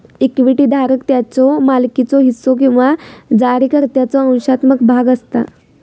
equity धारक त्याच्यो मालकीचो हिस्सो किंवा जारीकर्त्याचो अंशात्मक भाग असता